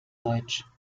deutsch